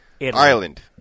Ireland